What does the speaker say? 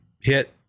hit